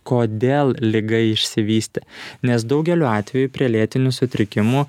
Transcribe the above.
kodėl liga išsivystė nes daugeliu atveju prie lėtinių sutrikimų